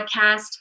podcast